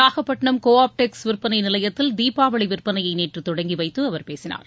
Nagapattinam Cooptex விற்பனை நிலையத்தில் தீபாவளி விற்பனையை நேற்று தொடங்கிவைத்து அவர் பேசினார்